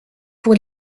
pour